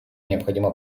необходима